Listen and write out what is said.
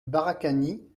barakani